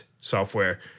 Software